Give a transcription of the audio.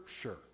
sure